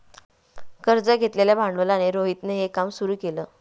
कर्ज घेतलेल्या भांडवलाने रोहितने हे काम सुरू केल